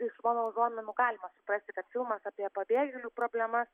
iš mano užuominų galima suprasti kad filmas apie pabėgėlių problemas